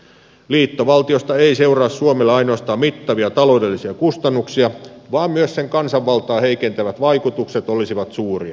liittovaltiosta ei seuraa suomelle ainoastaan mittavia taloudellisia kustannuksia vaan myös sen kansanvaltaa heikentävät vaikutukset olisivat suuria